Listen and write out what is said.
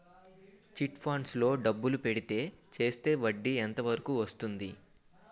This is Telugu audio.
చిట్ ఫండ్స్ లో డబ్బులు పెడితే చేస్తే వడ్డీ ఎంత వరకు వస్తుంది?